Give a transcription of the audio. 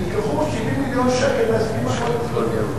נלקחו 70 מיליון שקל מההסכמים הקואליציוניים.